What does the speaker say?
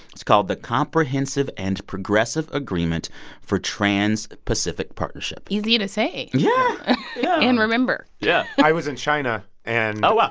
it's called the comprehensive and progressive agreement for trans-pacific partnership easy to say yeah yeah yeah and remember yeah. i was in china and. oh,